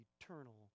eternal